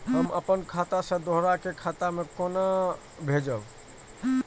हम आपन खाता से दोहरा के खाता में केना भेजब?